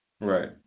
Right